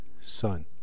son